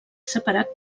separat